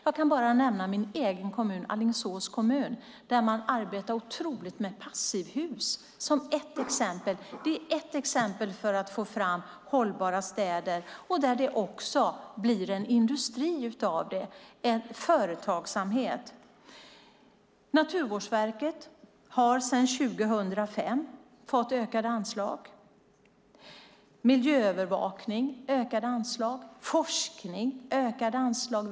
Jag kan bara nämna min egen kommun Alingsås kommun, där man arbetar med passivhus. Det är ett exempel på att få fram hållbara städer där det också blir en industri av det, en företagsamhet. Naturvårdsverket har sedan 2005 fått ökade anslag, likaså miljöövervakning. Forskningen har fått ökade anslag.